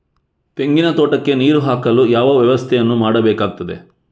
ತೆಂಗಿನ ತೋಟಕ್ಕೆ ನೀರು ಹಾಕಲು ಯಾವ ವ್ಯವಸ್ಥೆಯನ್ನು ಮಾಡಬೇಕಾಗ್ತದೆ?